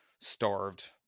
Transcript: starved